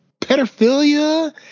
pedophilia